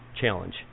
challenge